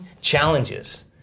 challenges